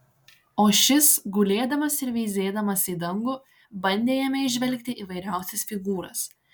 o šis gulėdamas ir veizėdamas į dangų bandė jame įžvelgti įvairiausias figūras